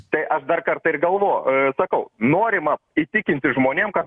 tai aš dar kartą ir galvo sakau norima įtikinti žmonėm kad